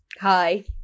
Hi